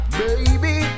baby